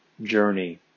journey